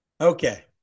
Okay